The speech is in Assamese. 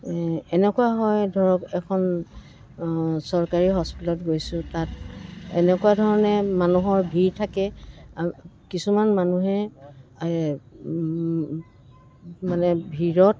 এনেকুৱা হয় ধৰক এখন চৰকাৰী হস্পিটেলত গৈছোঁ তাত এনেকুৱা ধৰণে মানুহৰ ভিৰ থাকে কিছুমান মানুহে মানে ভিৰত